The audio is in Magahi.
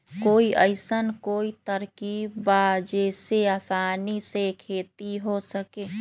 कोई अइसन कोई तरकीब बा जेसे आसानी से खेती हो सके?